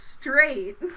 Straight